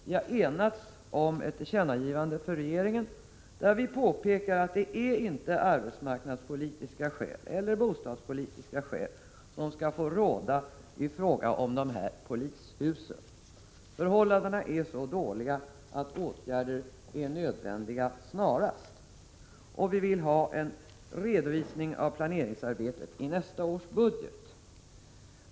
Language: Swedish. Vi har enats om ett tillkännagivande för regeringen, där vi påpekar att det inte är arbetsmarknadspolitiska skäl eller bostadspolitiska skäl som skall få råda i fråga om de här polishusen. Förhållandena är så dåliga att åtgärder är nödvändiga snarast. Och vi vill ha en redovisning av planeringsarbetet i nästa års budget.